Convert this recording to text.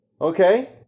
Okay